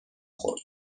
خورد